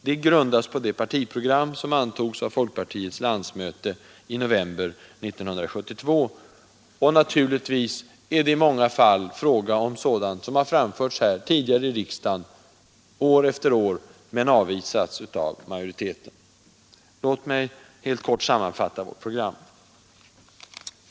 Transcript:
Det grundas på det partiprogram som antogs av folkpartiets landsmöte i november 1972, och naturligtvis gäller det i många fall förslag som tidigare har framförts i riksdagen år efter år men avvisats av majoriteten. Jag skall helt kort sammanfatta vårt program.